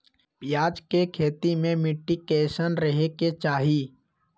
प्याज के खेती मे मिट्टी कैसन रहे के चाही?